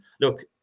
look